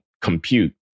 compute